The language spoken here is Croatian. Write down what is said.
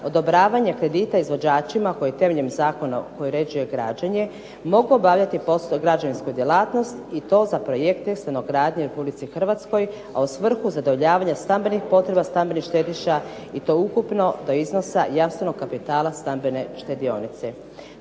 odobravanje kredita izvođačima koji temeljem zakona koji uređuje građenje mogu obavljati građevinsku djelatnost i to za projekte stanogradnje u RH, a u svrhu zadovoljavanja stambenih potreba stambenih štediša i to ukupno do iznosa jamstvenog kapitala stambene štedionice.